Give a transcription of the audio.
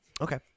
Okay